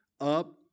up